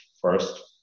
first